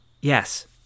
Yes